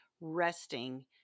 resting